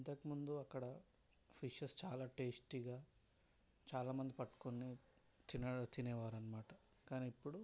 ఇంతకుముందు అక్కడ ఫిషెస్ చాలా టేస్టీగా చాలామంది పట్టుకొని తినడ తినేవారు అనమాట కానీ ఇప్పుడు